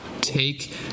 take